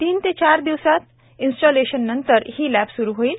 तीन ते चार दिवसांत इन्स्टॉलेशननंतर ही लॅब स्रू होईल